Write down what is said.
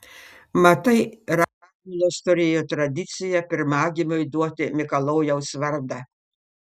matai radvilos turėjo tradiciją pirmagimiui duoti mikalojaus vardą